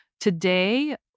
Today